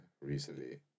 Recently